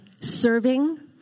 serving